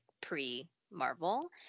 pre-Marvel